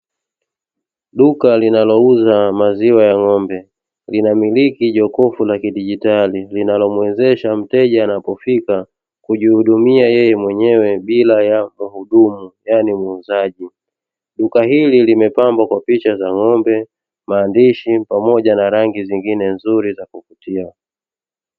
Duka linalouza maziwa ya ng'ombe linamiliki jokofu la kidijitali linalomwezesha mteja anapofika kujihudumia yeye mwenyewe bila ya wahudumu yaani muuzaji, duka hili limepambwa kwa picha za ng'ombe maandishi na rangi zingine nzuri za kuvutia.